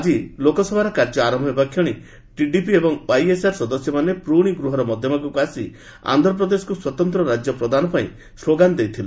ଆଜି ଲୋକସଭାର କାର୍ଯ୍ୟ ଆରମ୍ଭ ହେବାକ୍ଷଣି ଟିଡିପି ଏବଂ ୱାଇଏସ୍ଆର୍ର ସଦସ୍ୟମାନେ ପୁଣି ଗୃହର ମଧ୍ୟଭାଗକୁ ଆସି ଆନ୍ଧ୍ରପ୍ରଦେଶକୁ ସ୍ୱତନ୍ତ୍ର ରାଜ୍ୟ ପ୍ରଦାନ ପାଇଁ ସ୍ଲୋଗାନ ଦେଇଥିଲେ